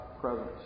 presence